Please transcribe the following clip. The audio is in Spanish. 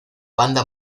banda